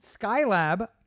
Skylab